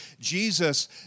Jesus